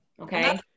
Okay